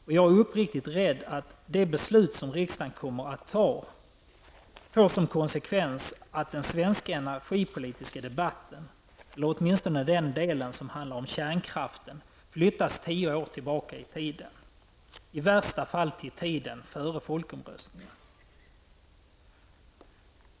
Och jag är uppriktigt rädd att de beslut riksdagen kommer att fatta får som konsekvens att den svenska energipolitiska debatten, eller åtminstone den del som handlar om kärnkraften, flyttas tio år tillbaka i tiden, i värsta fall till tiden före folkomröstningen.